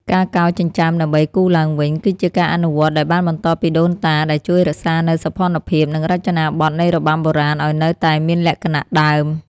ការកោរចិញ្ចើមដើម្បីគូរឡើងវិញ គឺជាការអនុវត្តន៍ដែលបានបន្តពីដូនតា ដែលជួយរក្សានូវសោភ័ណភាព និងរចនាបថនៃរបាំបុរាណឲ្យនៅតែមានលក្ខណៈដើម។